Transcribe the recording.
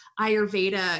Ayurveda